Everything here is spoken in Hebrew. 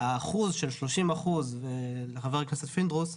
האחוז של 30%, חבר הכנסת פינדרוס,